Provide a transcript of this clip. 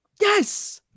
Yes